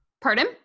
Pardon